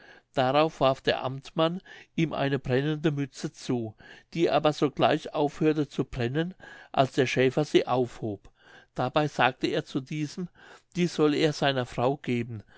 darauf warf der amtmann ihm eine brennende mütze zu die aber sogleich aufhörte zu brennen als der schäfer sie aufhob dabei sagte er zu diesem die solle er seiner frau geben